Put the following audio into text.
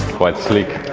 quite slick